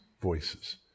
voices